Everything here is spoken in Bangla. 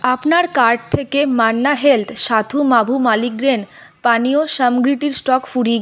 আপনার কার্ট থেকে Manna health sathu maavu multigrain পানীয় সামগ্রীটির স্টক ফুরিয়ে গিয়েছে